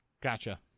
Gotcha